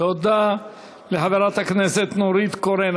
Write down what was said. תודה לחברת הכנסת נורית קורן.